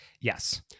Yes